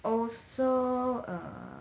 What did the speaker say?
also err